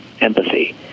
empathy